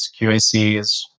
QACs